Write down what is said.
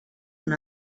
una